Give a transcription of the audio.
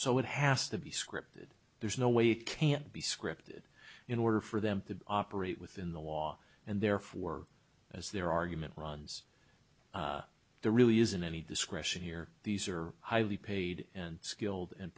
so it has to be scripted there's no way it can't be scripted in order for them to operate within the law and therefore as their argument runs there really isn't any discretion here these are highly paid and skilled and